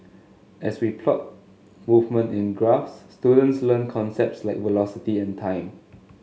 as we plot movement in graphs students learn concepts like velocity and time